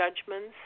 judgments